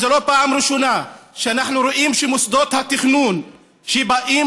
זו לא פעם ראשונה שאנחנו רואים שמוסדות התכנון שבאים